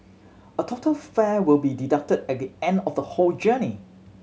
a total fare will be deducted at the end of the whole journey